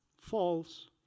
false